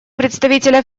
представителя